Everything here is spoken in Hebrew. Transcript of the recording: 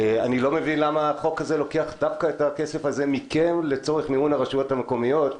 אני לא מבין למה החוק לוקח את הכסף מכם לצורך מימון הרשויות המקומיות.